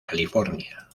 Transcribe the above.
california